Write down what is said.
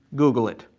google it.